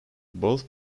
both